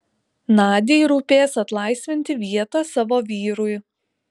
nadiai rūpės atlaisvinti vietą savo vyrui